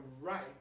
right